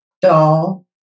doll